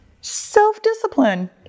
self-discipline